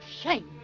Shame